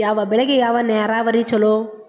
ಯಾವ ಬೆಳಿಗೆ ಯಾವ ನೇರಾವರಿ ಛಲೋ?